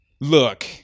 Look